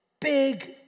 Big